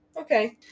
okay